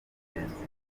by’ingenzi